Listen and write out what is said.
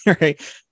right